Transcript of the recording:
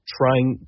trying